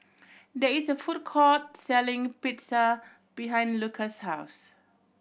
there is a food court selling Pizza behind Luka's house